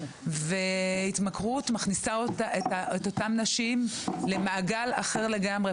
והתמכרו מכניסה את אותן נשים למעגל אחר לגמרי,